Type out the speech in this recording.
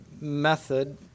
method